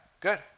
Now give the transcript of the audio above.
Good